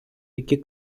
які